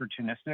opportunistic